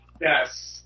yes